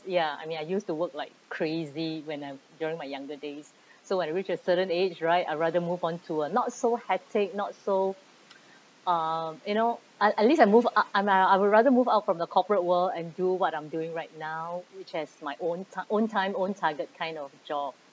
ya I mean I used to work like crazy when I during my younger days so when I reach a certain age right I'd rather move on to a not so high take not so um you know I at least I moved out I'm uh I would rather move out from the corporate world and do what I'm doing right now which as my own ti~ own time own target kind of job